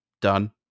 done